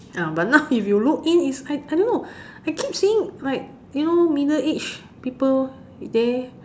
ya but now if you look in is like I don't know I keep seeing like you know middle age people there